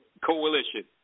Coalition